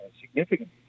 significantly